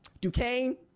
Duquesne